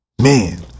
man